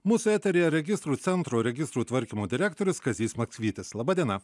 mūsų eteryje registrų centro registrų tvarkymo direktorius kazys maksvytis laba diena